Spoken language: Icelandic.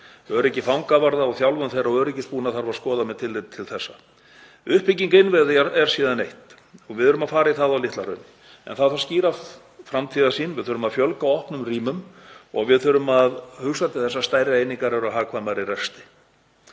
Öryggi fangavarða, þjálfun þeirra og öryggisbúnað þarf að skoða með tilliti til þessa. Uppbygging innviða er síðan eitt og við erum að fara í það á Litla-Hrauni. En það þarf skýra framtíðarsýn. Við þurfum að fjölga opnum rýmum og við þurfum að hugsa til þess að stærri einingar eru hagkvæmari í rekstri.